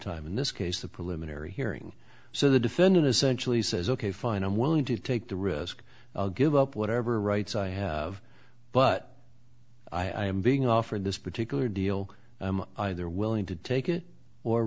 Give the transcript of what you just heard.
time in this case the preliminary hearing so the defendant essentially says ok fine i'm willing to take the risk i'll give up whatever rights i have but i am being offered this particular deal either willing to take it or